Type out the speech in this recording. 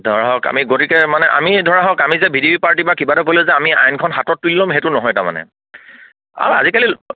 ধৰা হওক আমি গতিকে মানে আমি ধৰা হওক আমি যে ভি ডি পি পাৰ্টিযে বা কিবা এটা হ'লে যে আমি আইনখন হাতত তুলি ল'ম সেইটো নহয় তাৰমানে আৰু আজিকালি